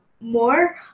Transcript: more